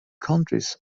countries